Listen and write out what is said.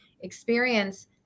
experience